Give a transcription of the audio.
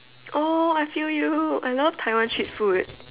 oh I feel you I love Taiwan street food